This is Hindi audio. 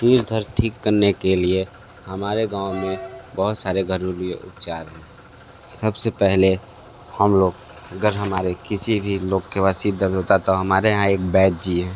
सिर दर्द ठीक करने के लिए हमारे गाँव में बहुत सारे घरेलू उपचार हैं सब से पहले हम लोग अगर हमारे किसी भी लोग को वो सिर दर्द होता तो हमारे यहाँ एक वैद्य जी हैं